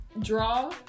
draw